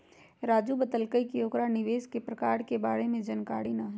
राजू बतलकई कि ओकरा निवेश के प्रकार के बारे में जानकारी न हई